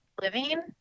living